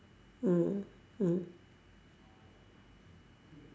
mm mm